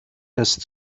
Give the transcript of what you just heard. das